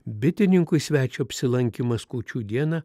bitininkui svečio apsilankymas kūčių dieną